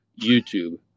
YouTube